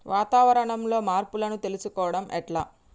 వాతావరణంలో మార్పులను తెలుసుకోవడం ఎట్ల?